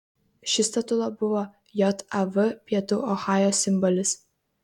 ši statula buvo jav pietų ohajo simbolis